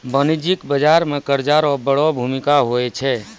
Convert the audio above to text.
वाणिज्यिक बाजार मे कर्जा रो बड़ो भूमिका हुवै छै